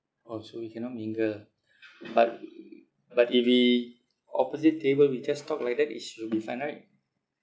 orh so we cannot mingle but but if we opposite table we just talk like that it should be fine right